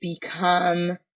become